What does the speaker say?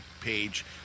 page